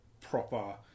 proper